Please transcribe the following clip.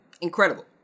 Incredible